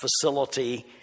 facility